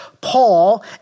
Paul